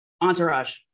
entourage